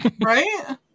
Right